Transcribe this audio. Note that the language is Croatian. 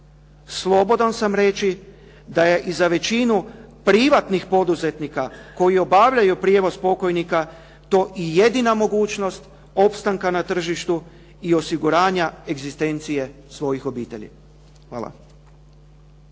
Slobodan sam reći da je i za većinu privatnih poduzetnika koji obavljaju prijevoz pokojnika to i jedina mogućnost opstanka na tržištu i osiguranja egzistencije svojih obitelji. Hvala.